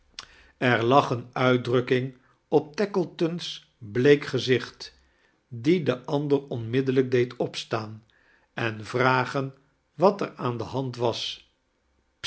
er lag eene uitdrukking op tackleton's meek gezieht die den andeir onmiddellijk deed opstaan en vragen wat er aan de hand was